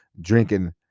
drinking